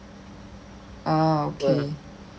ah okay